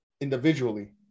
individually